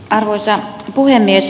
arvoisa puhemies